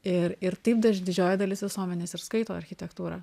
ir ir taip daž didžioji dalis visuomenės ir skaito architektūrą